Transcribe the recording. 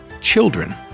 children